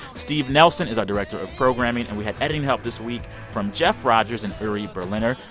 steve nelson is our director of programming. and we had editing help this week from jeff rogers and uri berliner.